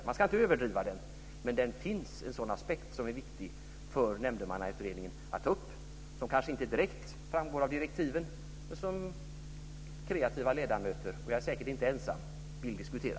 Man ska inte överdriva det, men det finns en sådan aspekt som är viktig för Nämndemannautredningen att ta upp, som kanske inte direkt framgår av direktiven men som kreativa ledamöter - jag är säkert inte ensam - vill diskutera.